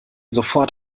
sofort